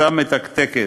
פצצה מתקתקת,